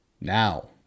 Now